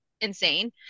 insane